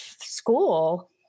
school